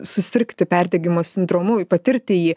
susirgti perdegimo sindromu patirti jį